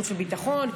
חוץ וביטחון,